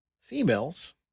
Females